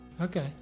okay